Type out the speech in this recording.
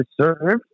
served